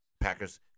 Packers